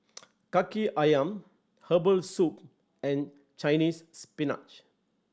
Kaki Ayam herbal soup and Chinese Spinach